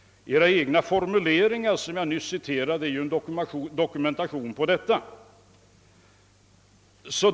Edra egna formuleringar — som jag nyss citerade — dokumenterar detta.